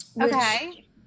Okay